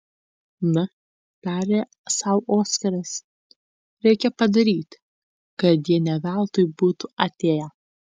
na tarė sau oskaras reikia padaryti kad jie ne veltui būtų atėję